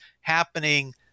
happening